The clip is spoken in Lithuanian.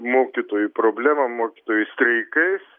mokytojų problema mokytojų streikais